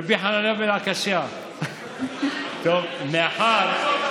עשר דקות עברו, גברתי.